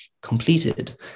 completed